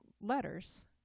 letters